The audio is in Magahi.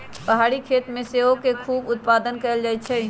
पहारी खेती में सेओ के खूब उत्पादन कएल जाइ छइ